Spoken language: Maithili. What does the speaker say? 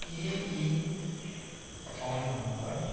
कि ई फोन नम्बर